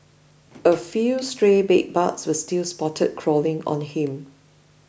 a few stray bedbugs were still spotted crawling on him